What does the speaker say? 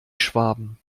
schwaben